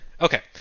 Okay